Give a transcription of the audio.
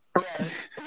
Yes